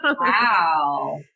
Wow